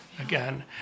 again